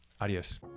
Adios